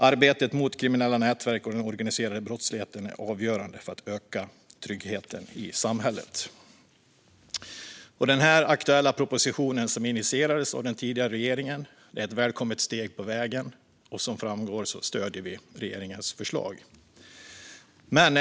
Arbetet mot kriminella nätverk och den organiserade brottsligheten är avgörande för att öka tryggheten i samhället. Den aktuella propositionen, som initierades av den tidigare regeringen, är ett välkommet steg på vägen. Som framgår ovan stöder vi regeringens förslag.